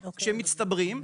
שמצטברים,